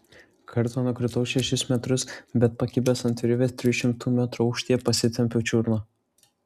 kartą nukritau šešis metrus bet pakibęs ant virvės trijų šimtų metrų aukštyje pasitempiau čiurną